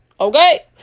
Okay